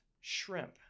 shrimp